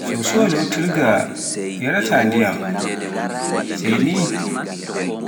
sosowa lotirga yartaa ndiyam, sai ni